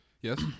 Yes